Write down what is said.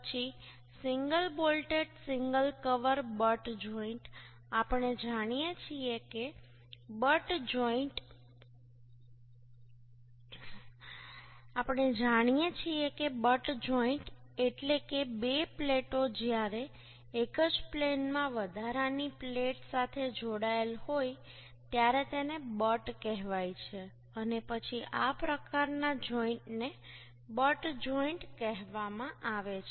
પછી single bolted single cover butt joint આપણે જાણીએ છીએ બટ જોઈન્ટ એટલે કે બે પ્લેટો જ્યારે એક જ પ્લેનમાં વધારાની પ્લેટ સાથે જોડાયેલ હોય ત્યારે તેને બટ્ટ કહેવાય છે અને પછી આ પ્રકારના જોઈન્ટને બટ જોઈન્ટ કહેવામાં આવે છે